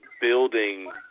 building